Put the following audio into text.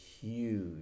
huge